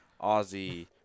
Ozzy